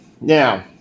now